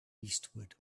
eastward